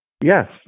Yes